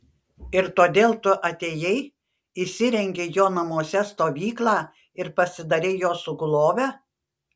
ir todėl tu atėjai įsirengei jo namuose stovyklą ir pasidarei jo sugulove